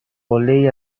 قلهای